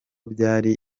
byari